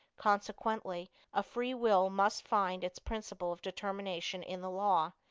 consequently a free will must find its principle of determination in the law,